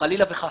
חלילה וחס.